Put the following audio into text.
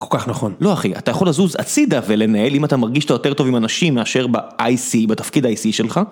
כל כך נכון. לא אחי, אתה יכול לזוז הצידה ולנהל אם אתה מרגיש שאתה יותר טוב עם אנשים מאשר ב-IC, בתפקיד ה-IC שלך.